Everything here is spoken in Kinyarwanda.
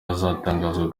hazatangazwa